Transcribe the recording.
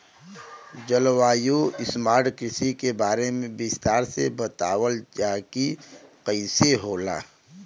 जलवायु स्मार्ट कृषि के बारे में विस्तार से बतावल जाकि कइसे होला?